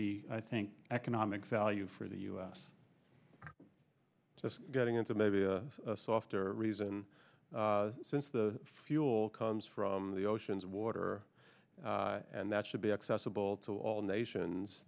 be i think economic value for the u s just getting into maybe a softer reason since the fuel comes from the oceans water and that should be accessible to all nations